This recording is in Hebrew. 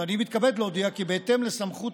ואני מתכבד להודיע כי בהתאם לסמכות